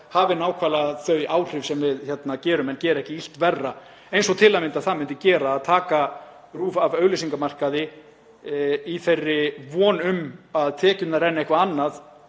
hafi nákvæmlega þau áhrif sem við viljum en geri ekki illt verra, eins og til að mynda það myndi gera að taka RÚV af auglýsingamarkaði í von um að tekjurnar renni eitthvert annað